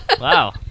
Wow